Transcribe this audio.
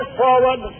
forward